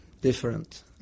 Different